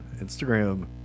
instagram